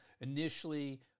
initially